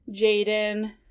Jaden